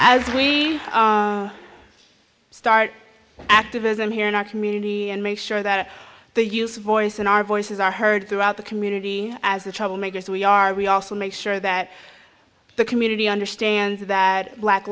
as we start activism here in our community and make sure that the use of voice in our voices are heard throughout the community as the troublemakers we are we also make sure that the community understand that black